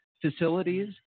facilities